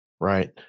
Right